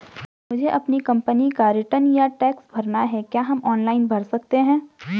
मुझे अपनी कंपनी का रिटर्न या टैक्स भरना है क्या हम ऑनलाइन भर सकते हैं?